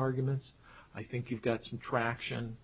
arguments i think you've got some traction